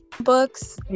books